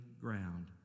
ground